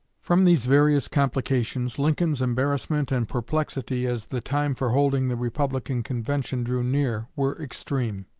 from these various complications, lincoln's embarrassment and perplexity as the time for holding the republican convention drew near were extreme.